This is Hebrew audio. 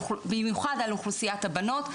במיוחד על אוכלוסיית הבנות.